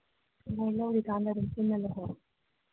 ꯍꯣꯏ ꯂꯧꯔꯤꯀꯥꯟꯗ ꯑꯗꯨꯝ ꯄꯨꯟꯅ ꯂꯧꯍꯧꯔꯣ